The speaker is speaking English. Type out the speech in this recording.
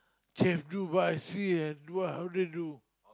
chef do but I see and do ah how they do